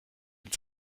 mit